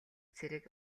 цэрэг